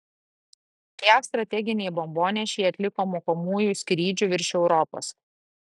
jav strateginiai bombonešiai atliko mokomųjų skrydžių virš europos